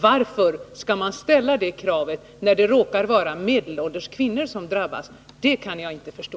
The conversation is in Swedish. Varför skall man ställa det kravet när det är medelålders kvinnor som drabbas? Det kan jag inte förstå.